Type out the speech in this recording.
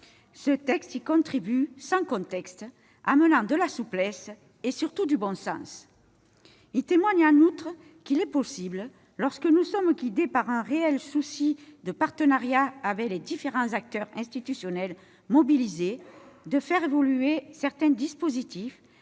Ce texte y contribue sans conteste amenant de la souplesse et, surtout, du bon sens. Il témoigne, en outre, qu'il est possible, lorsque nous sommes guidés par un réel souci de partenariat avec les différents acteurs institutionnels mobilisés, de faire évoluer certains dispositifs